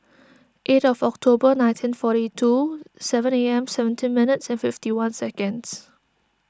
eight of October nineteen forty two seventeen A M seventeen minutes and fifty one seconds